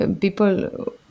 people